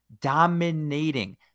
Dominating